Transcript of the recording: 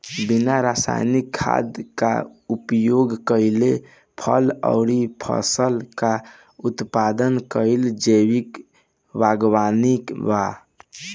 बिना रासायनिक खाद क उपयोग कइले फल अउर फसल क उत्पादन कइल जैविक बागवानी बा